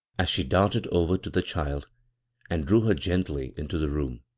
as she darted over to the child and drew her g itly into the room.